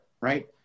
right